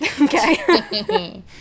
Okay